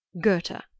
Goethe